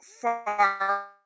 far